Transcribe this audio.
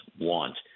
want